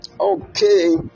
Okay